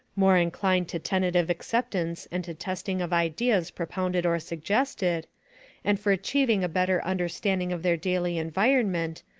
more inclined to tentative acceptance and to testing of ideas propounded or suggested and for achieving a better understanding of their daily environment,